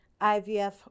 IVF